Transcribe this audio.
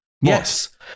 Yes